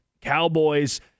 Cowboys